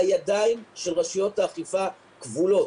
הידיים של רשויות האכיפה כבולות,